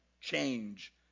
change